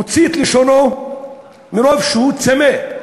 מוציא את לשונו מרוב צמא,